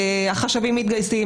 החשבים מתגייסים,